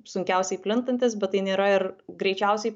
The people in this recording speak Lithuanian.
sunkiausiai plintantis bet tai nėra ir greičiausiai